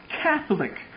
Catholic